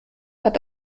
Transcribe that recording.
hat